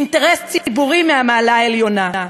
היא אינטרס ציבורי מהמעלה העליונה.